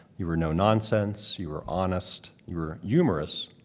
you were no-nonsense, you were honest, you were humorous,